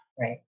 Right